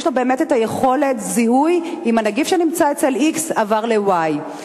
יש יכולת זיהוי אם הנגיף שנמצא אצל x עבר ל-y,